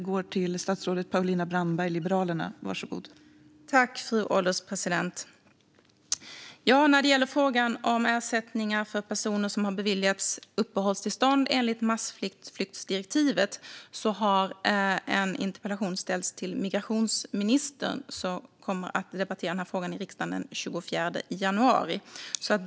Fru ålderspresident! När det gäller ersättningar för personer som har beviljats uppehållstillstånd enligt massflyktsdirektivet har en interpellation ställts till migrationsministern, som kommer att debattera den i riksdagen den 24 januari.